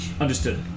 Understood